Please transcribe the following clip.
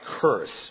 curse